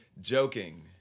joking